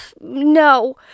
no